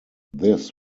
this